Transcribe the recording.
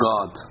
God